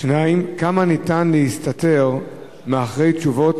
2. כמה ניתן להסתתר מאחורי תשובות,